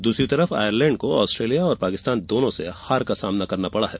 दूसरी तरफ आयरलैंड को ऑस्ट्रेलिया और पाकिस्तान दोनों से हार का सामना करना पड़ा है